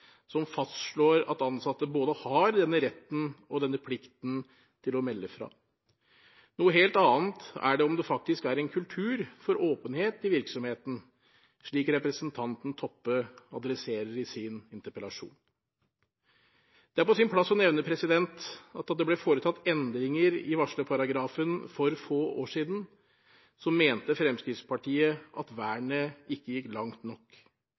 som fastslår at ansatte har både denne retten og denne plikten til å melde fra, noe helt annet er om det faktisk er en kultur for åpenhet i virksomheten, slik representanten Toppe adresserer i sin interpellasjon. Det er på sin plass å nevne at da det ble foretatt endringer i varslerparagrafen for få år siden, mente Fremskrittspartiet at vernet ikke gikk langt nok.